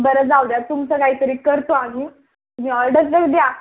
बरं जाऊ द्या तुमचं काहीतरी करतो आम्ही तुम्ही ऑर्डर तर द्या